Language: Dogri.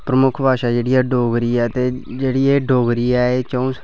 प्रमुख भाशा जेह्ड़ी ऐ डोगरी ऐ ते जेह्ड़ी एह् डोगरी ऐ एह् च'ऊं